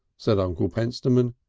said uncle pentstemon.